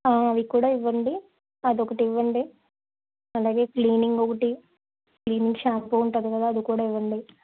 అవి కూడా ఇవ్వండి అదొకటి ఇవ్వండి అలాగే క్లీనింగ్ ఒకటి క్లీనింగ్ షాంపూ ఉంటుంది కదా అది కూడా ఇవ్వండి